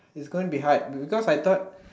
it's going to be hard be be because I thought